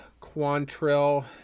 Quantrill